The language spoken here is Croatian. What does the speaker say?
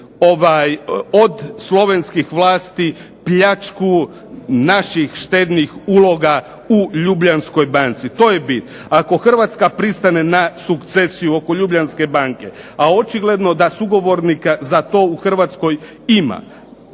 od slovenskih vlasti pljačku naših štednih uloga u Ljubljanskoj banci. To je bit. Ako Hrvatska pristane na sukcesiju oko Ljubljanske banke, a očigledno da sugovornika za to u Hrvatskoj ima,